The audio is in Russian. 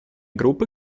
группы